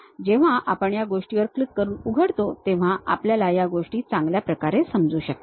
जेव्हा आपण गोष्टींवर क्लिक करून उघडतो तेव्हा आपल्याला या गोष्टी चांगल्या प्रकारे समजू शकतात